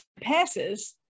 passes